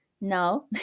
No